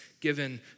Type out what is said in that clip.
given